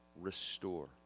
restore